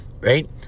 right